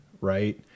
right